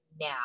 Now